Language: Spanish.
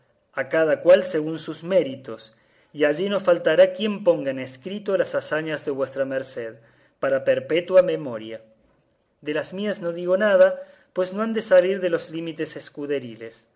a cada cual según sus méritos y allí no faltará quien ponga en escrito las hazañas de vuestra merced para perpetua memoria de las mías no digo nada pues no han de salir de los límites escuderiles